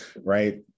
right